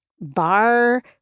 bar